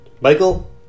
Michael